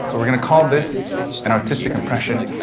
so we're going to call this an artistic impression,